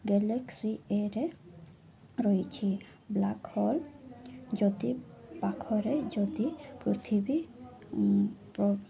galaxy ଇଏରେ ରହିଛି black hole ଯଦି ପାଖରେ ଯଦି ପୃଥିବୀ